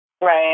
Right